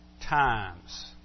times